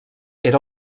era